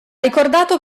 ricordato